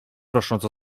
prosząc